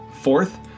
Fourth